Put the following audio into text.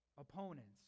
opponents